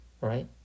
Right